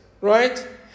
right